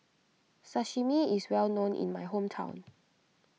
Sashimi is well known in my hometown